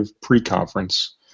pre-conference